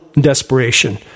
desperation